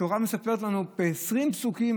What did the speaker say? התורה מספרת לנו ב-20 פסוקים,